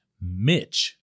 Mitch